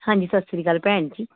ਹਾਂਜੀ ਸਤਿ ਸ਼੍ਰੀ ਅਕਾਲ ਭੈਣ ਜੀ